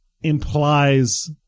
implies